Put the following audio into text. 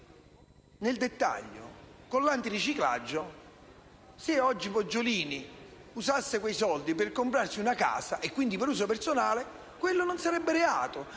nel dettaglio, con l'antiriciclaggio, se oggi Poggiolini usasse quei soldi per comprarsi una casa, quindi per uso personale, non sarebbe reato: